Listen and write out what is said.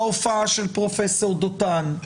ההופעה של פרופ' דותן,